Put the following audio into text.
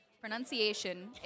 pronunciation